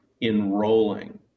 enrolling